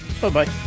Bye-bye